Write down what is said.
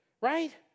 Right